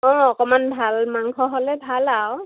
অঁ অকণমান ভাল মাংস হ'লে ভাল আৰু